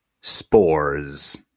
Spores